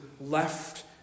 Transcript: left